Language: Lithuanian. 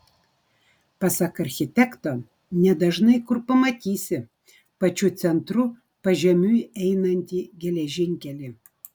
pasak architekto nedažnai kur pamatysi pačiu centru pažemiui einantį geležinkelį